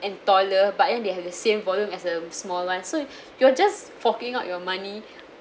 and taller but then they have the same volume as the small one so you're just forking out your money